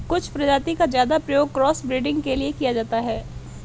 कुछ प्रजाति का ज्यादा प्रयोग क्रॉस ब्रीडिंग के लिए किया जाता है